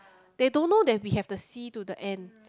they don't know that we have the C to the end